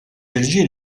irġiel